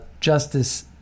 Justice